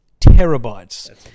terabytes